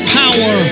power